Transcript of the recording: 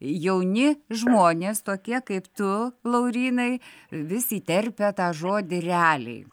jauni žmonės tokie kaip tu laurynai vis įterpia tą žodį realiai